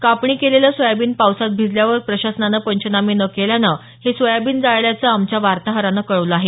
कापणी केलेलं सोयाबीन पावसात भिजल्यावर प्रशासनानं पंचनामे न केल्यानं हे सोयाबीन जाळल्याचं आमच्या वार्ताहरानं कळवलं आहे